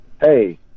hey